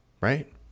right